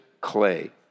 clay